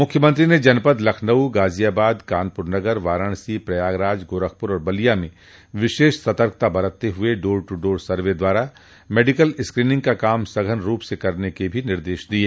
मुख्यमंत्री ने जनपद लखनऊ गाजियाबाद कानपूर नगर वाराणसी प्रयागराज गोरखपुर और बलिया में विशेष सतर्कता बरतते हुए डोर दू डोर सर्वे द्वारा मेडिकल स्क्रीनिंग का काम सघन रूप से करने के भी निर्देश दिये